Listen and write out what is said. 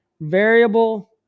variable